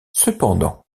cependant